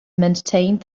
maintained